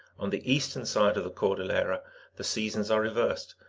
on the eastern side of the cordillera the seasons are reversed,